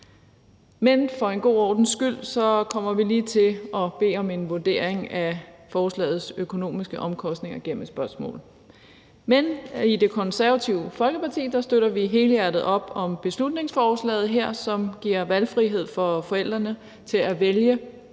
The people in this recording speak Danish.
Men for en god ordens skyld kommer vi lige til at bede om en vurdering af forslagets økonomiske omkostninger gennem et spørgsmål. Men i Det Konservative Folkeparti støtter vi helhjertet op om beslutningsforslaget her, som giver valgfrihed for forældrene til at vælge